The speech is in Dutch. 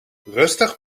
rustig